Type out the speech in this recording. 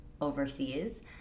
overseas